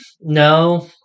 no